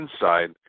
inside